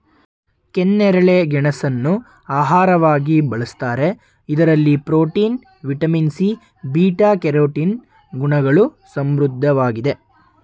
ಕೆನ್ನೇರಳೆ ಗೆಣಸನ್ನು ಆಹಾರವಾಗಿ ಬಳ್ಸತ್ತರೆ ಇದರಲ್ಲಿ protein, vitamin C, beta carotene ಗುಣಗಳು ಸಮೃದ್ಧವಾಗಿದೆ